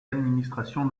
administrations